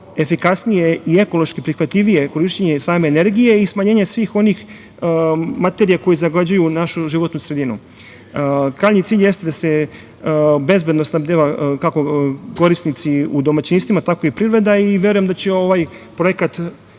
efikasnije i ekološki prihvatljivije korišćenje same energije i smanjenje svih onih materija koje zagađuju našu životnu sredinu. Krajnji cilj jeste da se bezbedno snabdeva kako korisnici u domaćinstvima, tako i privreda. Verujem da će ovaj projekat